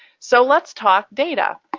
so let's talk data.